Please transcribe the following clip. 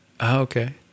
Okay